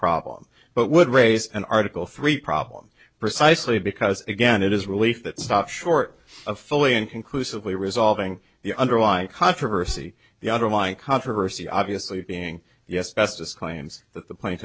problem but would raise an article three problem precisely because again it is relief that stop short of fully and conclusively resolving the underlying controversy the underlying controversy obviously being yes pestis claims that the pla